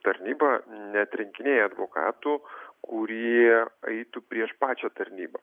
tarnyba neatrinkinėja advokatų kurie eitų prieš pačią tarnybą